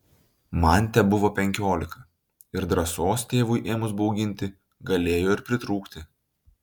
man tebuvo penkiolika ir drąsos tėvui ėmus bauginti galėjo ir pritrūkti